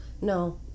No